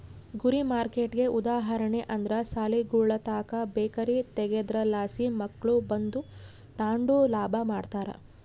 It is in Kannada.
ಗುರಿ ಮಾರ್ಕೆಟ್ಗೆ ಉದಾಹರಣೆ ಅಂದ್ರ ಸಾಲಿಗುಳುತಾಕ ಬೇಕರಿ ತಗೇದ್ರಲಾಸಿ ಮಕ್ಳು ಬಂದು ತಾಂಡು ಲಾಭ ಮಾಡ್ತಾರ